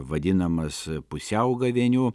vadinamas pusiaugavėniu